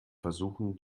versuchten